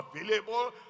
available